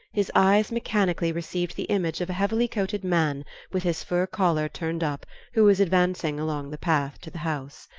his eyes mechanically received the image of a heavily-coated man with his fur collar turned up who was advancing along the path to the house.